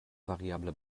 variabler